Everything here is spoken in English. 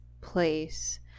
place